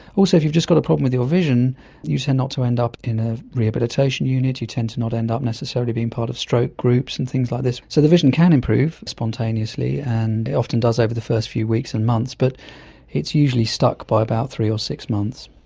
also if you've just got a problem with your vision you tend not to end up in a rehabilitation unit, you tend to not end up necessarily being part of stroke groups and things like this. so the vision can improve spontaneously and it often does over the first few weeks and months, but it's usually stuck by about three or six months.